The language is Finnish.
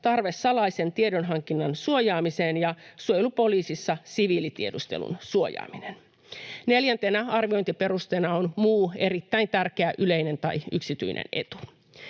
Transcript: tarve salaisen tiedonhankinnan suojaamiseen ja suojelupoliisissa siviilitiedustelun suojaaminen. Neljäntenä arviointiperusteena on muu erittäin tärkeä yleinen tai yksityinen etu.